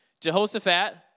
Jehoshaphat